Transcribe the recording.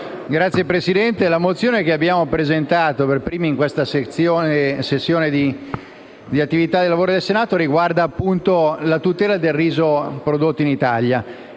Signora Presidente, la mozione che abbiamo presentato per primi in questa sessione di attività dei lavori del Senato riguarda la tutela del riso prodotto in Italia.